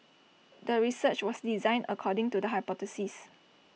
the research was designed according to the hypothesis